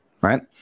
right